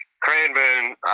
Cranbourne